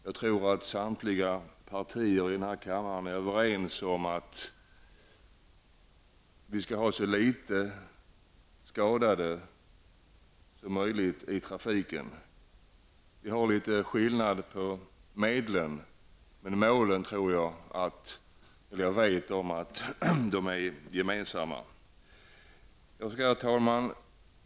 Jag tror att samtliga partier i denna kammare är överens om att vi skall ha så få skadade i trafiken som möjligt. Vi skiljer oss åt litet när det gäller medlen, men målen är gemensamma, det vet jag. Herr talman!